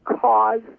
cause